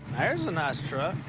there's a nice truck.